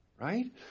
right